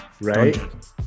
right